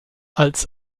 als